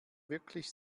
wirklich